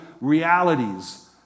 realities